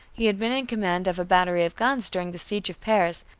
he had been in command of a battery of guns during the siege of paris,